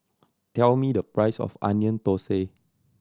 tell me the price of Onion Thosai